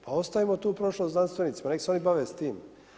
Pa ostavilo tu prošlost znanstvenicima, nek se oni bave s tim.